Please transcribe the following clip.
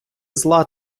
зла